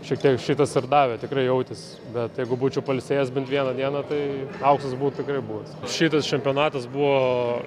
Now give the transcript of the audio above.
šiek tiek šitas ir davė tikrai jautės bet jeigu būčiau pailsėjęs bent vieną dieną tai auksas būtų tikrai buvęs šitas čempionatas buvo